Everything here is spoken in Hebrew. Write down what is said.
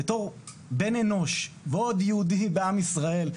בתור בן אנוש ועוד יהודי בעם ישראל,